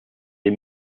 des